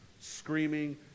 screaming